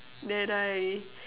that I